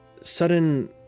sudden